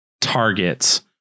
targets